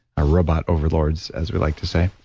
our robot overlords, as we like to say,